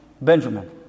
Benjamin